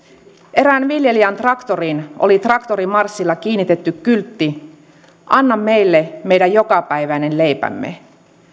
erään viljelijän traktoriin oli traktorimarssilla kiinnitetty kyltti anna meille meidän jokapäiväinen leipämme